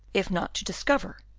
if not to discover,